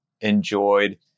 enjoyed